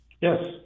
Yes